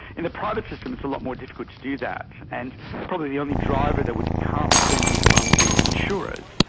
in the private system it's a lot more difficult to do that and probably the only driver that would come would then be from the insurers,